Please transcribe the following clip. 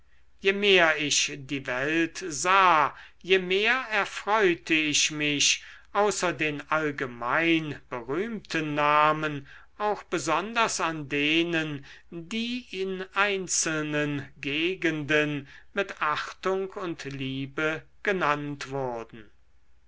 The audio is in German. je mehr ich die welt sah je mehr erfreute ich mich außer den allgemein berühmten namen auch besonders an denen die in einzelnen gegenden mit achtung und liebe genannt wurden